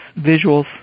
visuals